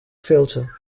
filter